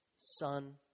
Son